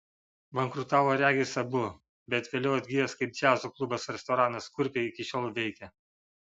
bankrutavo regis abu bet vėliau atgijęs kaip džiazo klubas restoranas kurpiai iki šiol veikia